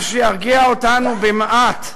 מה שירגיע אותנו במעט,